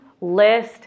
list